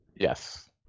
Yes